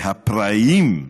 והפראים,